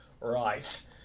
Right